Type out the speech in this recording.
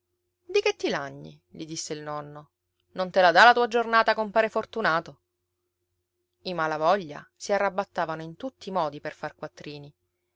di che ti lagni gli disse il nonno non te la dà la tua giornata compare fortunato i malavoglia si arrabattavano in tutti i modi per far quattrini